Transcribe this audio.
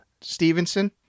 Stevenson